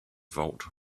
vault